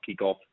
kickoff